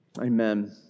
Amen